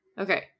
Okay